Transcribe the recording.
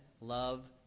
love